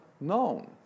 known